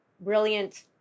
brilliant